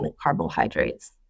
carbohydrates